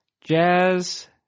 Jazz